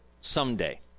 someday